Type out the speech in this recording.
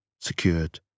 secured